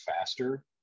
faster